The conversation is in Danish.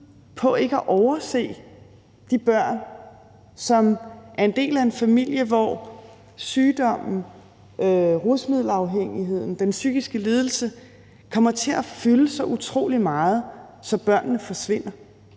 på ikke at overse de børn, som er en del af en familie, hvor sygdommen, rusmiddelafhængigheden, den psykiske lidelse kommer til at fylde så utrolig meget, at børnene forsvinder,